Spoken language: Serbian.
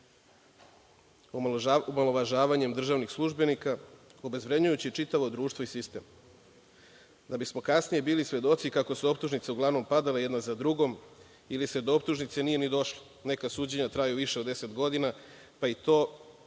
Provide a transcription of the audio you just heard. omalovažavanje državnih službenika, obezvređujući čitavo društvo i sistem, da bismo kasnije bili svedoci kako su optužnice uglavnom padale jedna za drugom ili se do optužnice nije ni došlo. Neka suđenja traju više od 10 godina, pa i to